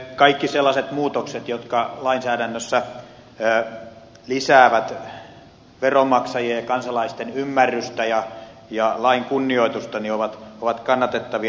kaikki sellaiset muutokset jotka lainsäädännössä lisäävät veronmaksajien ja kansalaisten ymmärrystä ja lain kunnioitusta ovat kannatettavia